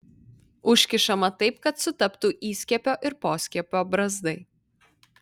užkišama taip kad sutaptų įskiepio ir poskiepio brazdai